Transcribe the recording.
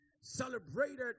celebrated